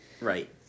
Right